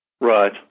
Right